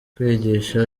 kwigisha